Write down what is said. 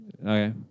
Okay